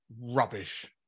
rubbish